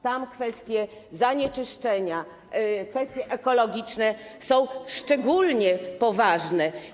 Tam kwestie zanieczyszczenia, kwestie ekologiczne są szczególnie ważne.